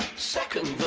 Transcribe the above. second,